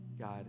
God